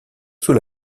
sous